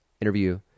interview